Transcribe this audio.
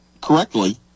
correctly